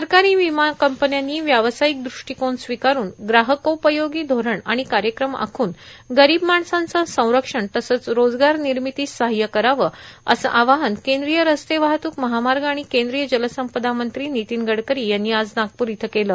सरकारी विमा कंपन्यानी व्यावसायिक दृष्टीकोन स्विकारून ग्राहक उपयोगी धोरण आणि कायक्रम आखून गरीब माणसांचं संरक्षण तसंच रोजगार र्निमितीस सहाय्य करावं असं आवाहन कद्रीय रस्ते वाहतूक महामाग आणि कद्रीय जलसंपदा मंत्री नितीन गडकरी यांनी आज नागपूर इथं केलं